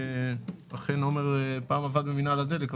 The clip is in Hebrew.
עומר עבד פעם במינהל הדלק,